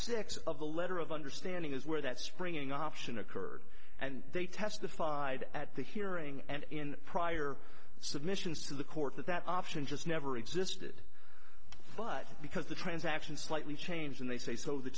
six of a letter of understanding is where that springing option occurred and they testified at the hearing and in prior submissions to the court that that option just never existed but because the transaction slightly changed and they say